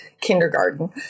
kindergarten